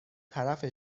طرف